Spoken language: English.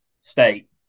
State